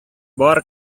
бар